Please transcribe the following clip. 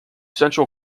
central